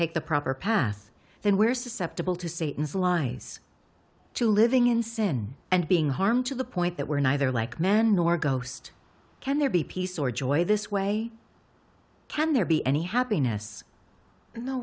take the proper path then we're susceptible to satan's lies to living in sin and being harmed to the point that we're neither like men nor ghost can there be peace or joy this way can there be any happiness no